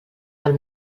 del